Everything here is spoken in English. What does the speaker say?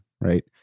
right